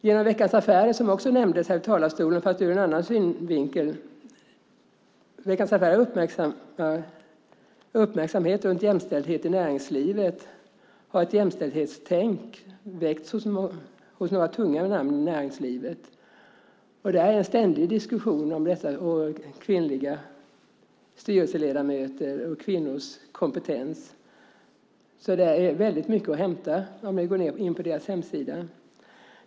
Genom Veckans Affärers uppmärksamhet runt jämställdhet i näringslivet, som nämndes här tidigare, har ett jämställdshetstänk väckts hos några tunga namn i näringslivet. Det är en ständig diskussion om kvinnliga styrelseledamöter och kvinnors kompetens. Det finns mycket att hämta om detta på Veckans Affärers hemsida.